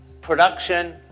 production